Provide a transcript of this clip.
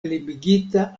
limigita